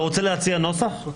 אתה רוצה להציע נוסח?